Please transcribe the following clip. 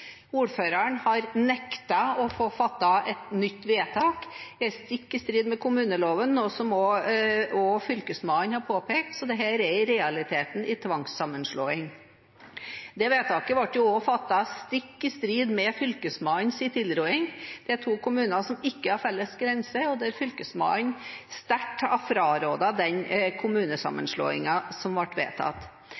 Ordføreren har nektet å få fattet et nytt vedtak. Det er stikk i strid med kommuneloven, noe som også Fylkesmannen har påpekt, så dette er i realiteten en tvangssammenslåing. Det vedtaket ble også fattet stikk i strid med Fylkesmannens tilråding. Dette er to kommuner som ikke har felles grense, og Fylkesmannen har sterkt frarådet den